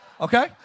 okay